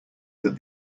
that